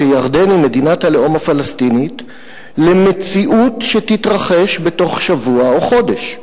שירדן היא מדינת הלאום הפלסטינית למציאות שתתרחש בתוך שבוע או חודש.